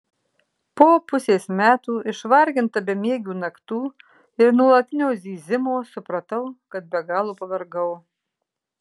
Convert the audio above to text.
po pusės metų išvarginta bemiegių naktų ir nuolatinio zyzimo supratau kad be galo pavargau